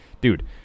dude